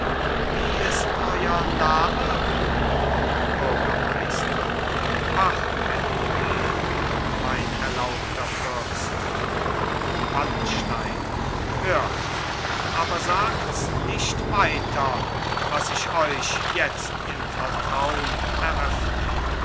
wie ist euer name bürgermeister pachhälbel mein erlauchter fürst wallenstein hört aber sagts nicht weiter was ich euch jetzt im vertraun eröffne